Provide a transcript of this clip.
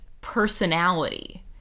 personality